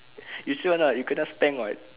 you sure or not you kena spank [what]